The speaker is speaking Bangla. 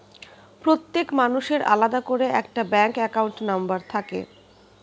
প্রত্যেক মানুষের আলাদা করে একটা ব্যাঙ্ক অ্যাকাউন্ট নম্বর থাকে